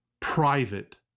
private